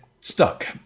stuck